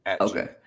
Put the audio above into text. Okay